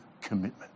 commitment